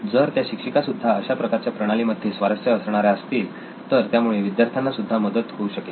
जर त्या शिक्षिका सुद्धा अशा प्रकारच्या प्रणाली मध्ये स्वारस्य असणाऱ्या असतील तर त्यामुळे विद्यार्थ्यांना सुद्धा मदत होऊ शकेल